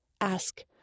Ask